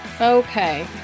okay